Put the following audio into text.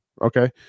Okay